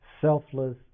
selfless